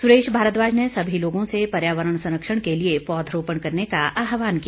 सुरेश भारद्वाज ने सभी लोगों से पर्यावरण संरक्षण के लिए पौधरोपण करने का आहवान किया